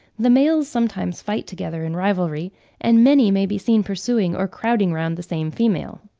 the males sometimes fight together in rivalry and many may be seen pursuing or crowding round the same female.